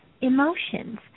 emotions